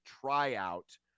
tryout